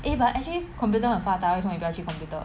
eh but actually computer 很发达为什么你不要去 computer